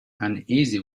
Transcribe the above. uneasy